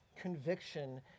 conviction